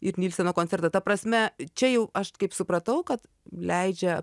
ir nylseno koncertą ta prasme čia jau aš kaip supratau kad leidžia